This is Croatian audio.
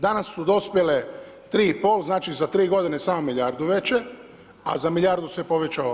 Danas su dospjele 3,5, znači za 3 godine samo milijardu veće a za milijardu se povećao.